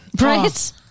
Right